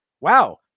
wow